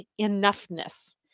enoughness